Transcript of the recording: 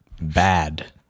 bad